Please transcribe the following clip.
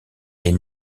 est